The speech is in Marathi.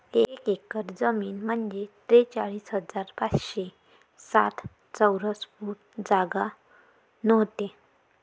एक एकर जमीन म्हंजे त्रेचाळीस हजार पाचशे साठ चौरस फूट जागा व्हते